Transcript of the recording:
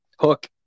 Hook